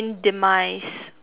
!wow!